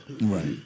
Right